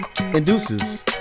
Induces